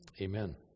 Amen